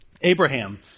Abraham